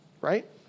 right